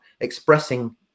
expressing